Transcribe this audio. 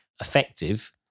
effective